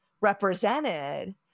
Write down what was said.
represented